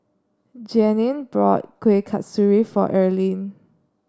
Jeannine bought Kueh Kasturi for Earlean